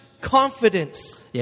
confidence